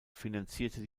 finanzierte